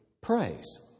praise